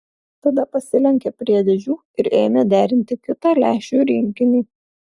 tada pasilenkė prie dėžių ir ėmė derinti kitą lęšių rinkinį